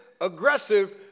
aggressive